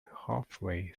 halfway